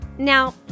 Now